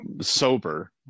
sober